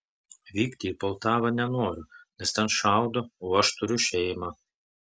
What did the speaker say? vykti į poltavą nenoriu nes ten šaudo o aš turiu šeimą